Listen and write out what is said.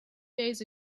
days